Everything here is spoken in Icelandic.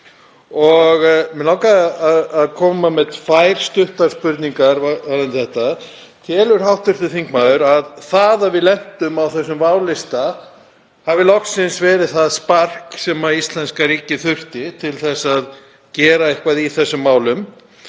Mig langar að koma með tvær stuttar spurningar varðandi þetta: Telur hv. þingmaður að það að við lentum á þessum válista hafi loksins verið það spark sem íslenska ríkið þurfti til að gera eitthvað í þessum málum?